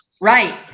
Right